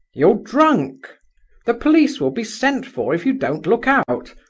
you're drunk the police will be sent for if you don't look out.